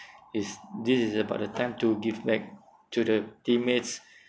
is this is about the time to give back to the teammates